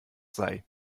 sei